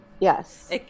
Yes